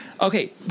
Okay